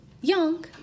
young